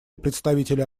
представителя